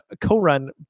co-run